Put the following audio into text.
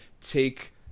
take